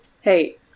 Hey